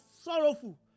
sorrowful